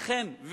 אכן,